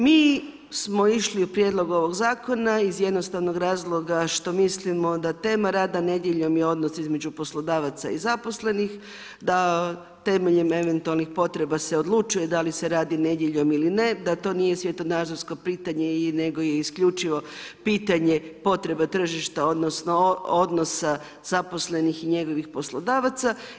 Mi smo išli u prijedlog ovog zakona, iz jednostavnog razloga, što mislimo da tema rada nedjeljom je odnos između poslodavaca i zaposlenih, da temeljem eventualnih potreba se odlučuje, da li se radi nedjeljom ili ne, da to nije svjetonazorsko pitanje, nego je isključivo pitanje potreba tržišta, odnosno, odnosa zaposlenih i njegovih poslodavaca.